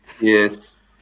Yes